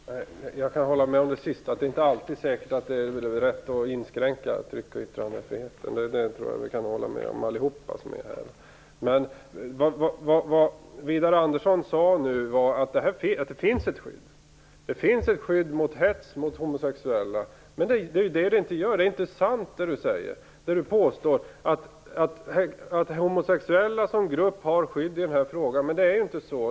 Herr talman! Jag kan hålla med om att det inte alltid är rätt att inskränka tryck och yttrandefriheten; det tror jag att vi alla här kan hålla med om. Vad Widar Andersson sade nu var att det finns ett skydd mot hets mot homosexuella. Men det är ju det det inte gör! Widar Andersson påstår att homosexuella som grupp har skydd i den här frågan, men det är inte så.